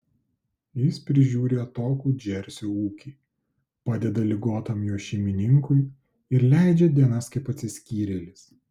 jis prižiūri atokų džersio ūkį padeda ligotam jo šeimininkui ir leidžia dienas kaip atsiskyrėlis